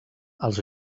els